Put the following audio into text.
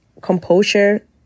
composure